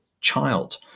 child